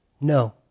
No